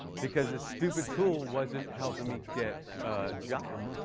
because this stupid tool wasn't helping me get a job.